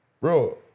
Bro